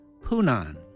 Punan